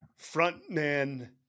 frontman